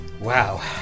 Wow